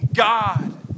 God